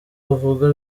avuga